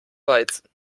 weizen